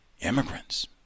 immigrants